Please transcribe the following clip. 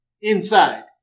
inside